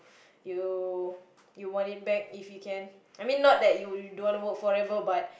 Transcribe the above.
you'll you'll want it back if you can I mean not like you don't want to work forever but